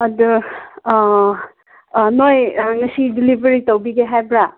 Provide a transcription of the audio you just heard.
ꯑꯗ ꯅꯣꯏ ꯉꯁꯤ ꯗꯦꯂꯤꯚꯔꯤ ꯇꯧꯕꯤꯒꯦ ꯍꯥꯏꯕ꯭ꯔꯥ